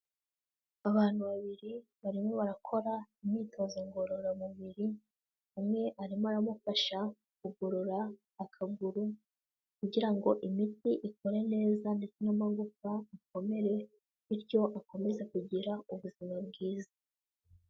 Abantu babiri barimo barakora imyitozo ngororamubiri, umwe arimo aramufasha kugorora akaguru kugira ngo imitsi ikore neza ndetse n'amagufawa akomere bityo akomeze kugira ubuzima bwiza.